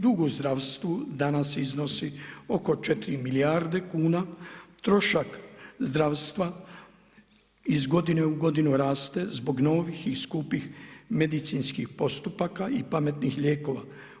Dug u zdravstvu danas iznosi oko 4 milijarde kuna, trošak zdravstva iz godine u godinu raste zbog novih i skupih medicinskih postupaka i pametnih lijekova.